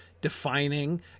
defining